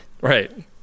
Right